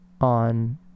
on